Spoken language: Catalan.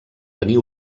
tenir